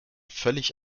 völlig